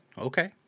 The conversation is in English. Okay